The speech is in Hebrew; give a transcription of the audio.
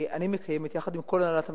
אני מקיימת, יחד עם כל הנהלת המשרד,